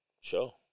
Sure